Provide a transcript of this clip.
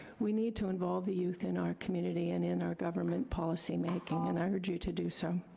we need to involve the youth in our community and in our government policy making, and i urge you to do so.